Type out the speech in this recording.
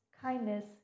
kindness